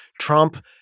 Trump